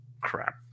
crap